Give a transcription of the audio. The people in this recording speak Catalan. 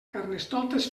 carnestoltes